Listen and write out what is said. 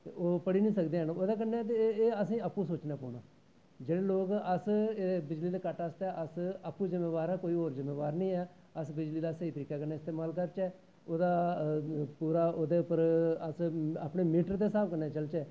ओह् पढ़ी नी सकदे हैन ते ओह्दै कन्नै ओह् पढ़ी नी सकदे हैन एह् असेंगी अप्पूं सोचनां पौंना जिसलै लोग बिजली दे कट्ट आस्तै अस अप्पूं जिम्मेवार आं कोई होर जिम्मेवार नी ऐ अस बिजली दा स्हेई तरीकै कन्नै इस्तेमाल करचै ओह्दा पर अस पूरे अपने मीटर दे हिसाव कन्नै चलचै